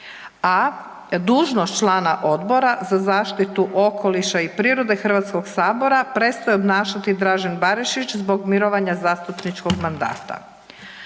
a dužnost člana Odbora za zaštitu okoliša i prirode HS-a prestaje obnašati Dražen Barišić zbog mirovanja zastupničkog mandata.